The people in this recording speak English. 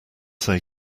say